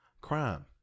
Crime